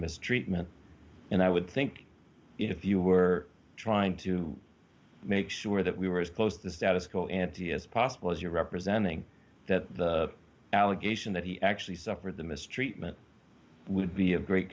mistreatment and i would think if you were trying to make sure that we were as close to status quo ante as possible as you're representing that the allegation that he actually suffered the mistreatment would be of great